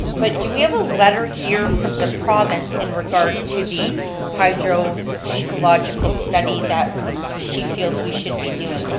but do we have a letter here from the province in regard to the hydro ecological study that she feels we should be doing?